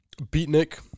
Beatnik